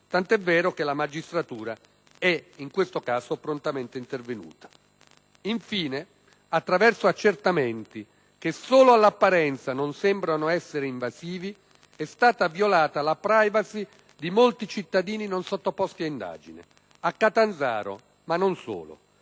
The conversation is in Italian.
tant'è vero che la magistratura è in questo caso prontamente intervenuta. Infine, attraverso accertamenti che solo all'apparenza non sembrano essere invasivi, è stata violata la *privacy* di molti cittadini non sottoposti ad indagine, a Catanzaro, ma non solo.